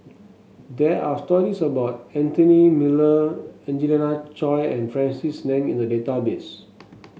there are stories about Anthony Miller Angelina Choy and Francis Ng in the database